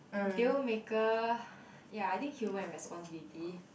deal maker ya I think human and responsibility